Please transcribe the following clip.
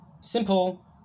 simple